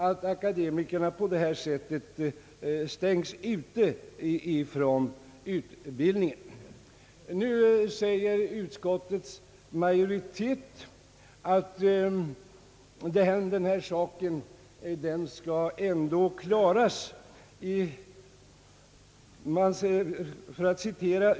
Utskottet framhåller att denna sak ändå skall klaras upp.